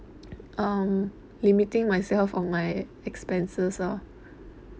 um limiting myself on my expenses ah